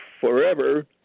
forever